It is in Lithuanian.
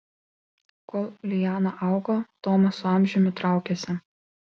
kol liana augo tomas su amžiumi traukėsi